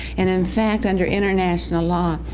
and, in fact, under international law,